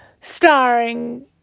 starring